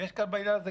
ויש כאן גם הזדמנות,